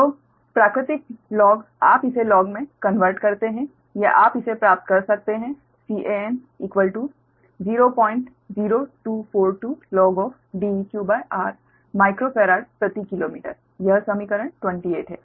तो प्राकृतिक लॉग आप इसे लॉग में कनवर्ट करते हैं या आप इसे प्राप्त कर सकते हैं Can 00242 logDeqr माइक्रो फेराड प्रति किलोमीटर यह समीकरण 28 है